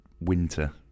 winter